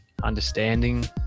understanding